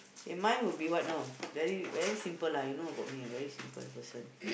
k mine would be what know very very simple lah you know about me very simple person